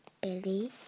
Billy